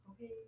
okay